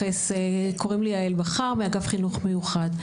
יעל בכר, אגף חינוך מיוחד.